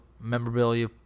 memorabilia